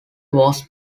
was